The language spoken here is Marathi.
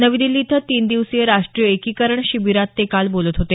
नवी दिल्ली इथं तीन दिवसीय राष्ट्रीय एकीकरण शिबिरात ते काल बोलत होते